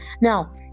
Now